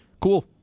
cool